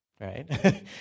right